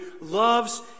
loves